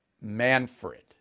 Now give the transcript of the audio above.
Manfred